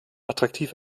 attraktiv